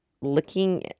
looking